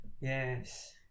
Yes